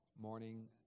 morning